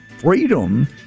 freedom